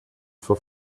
for